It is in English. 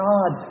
God